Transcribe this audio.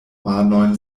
manojn